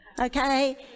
okay